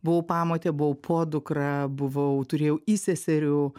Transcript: buvau pamotė buvau podukra buvau turėjau įseserių